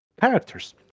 characters